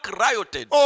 rioted